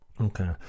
okay